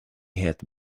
had